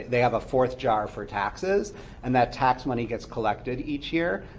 they have a fourth jar for taxes and that tax money gets collected each year,